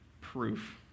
proof